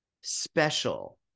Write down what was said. special